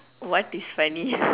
what is funny